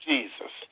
Jesus